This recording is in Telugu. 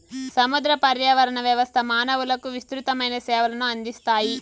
సముద్ర పర్యావరణ వ్యవస్థ మానవులకు విసృతమైన సేవలను అందిస్తాయి